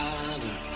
Father